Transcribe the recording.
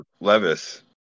Levis